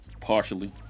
Partially